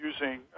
using